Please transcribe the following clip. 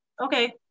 okay